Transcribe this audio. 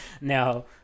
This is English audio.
now